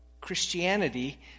Christianity